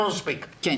רק